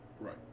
Right